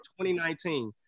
2019